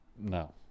no